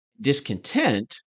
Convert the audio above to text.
Discontent